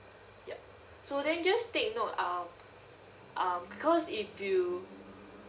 yup so then just take note um um because if you